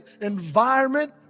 environment